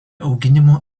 auginimo